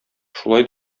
шулай